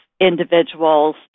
individuals